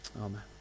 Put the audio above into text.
amen